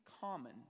common